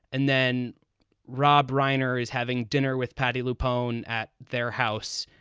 and then rob reiner is having dinner with patty lupo's at their house.